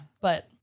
But-